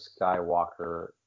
Skywalker